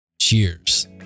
Cheers